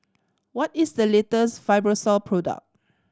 what is the latest Fibrosol product